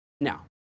Now